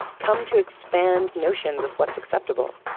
come to expand notions of what's acceptable,